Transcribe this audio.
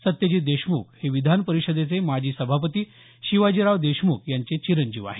सत्यजित देशमुख हे विधान परिषदेचे माजी सभापती शिवाजीराव देशमुख यांचे चिरंजीव आहेत